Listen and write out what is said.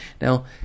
Now